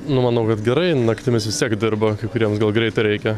nu manau kad gerai naktimis vis tiek dirba kuriems gal greit reikia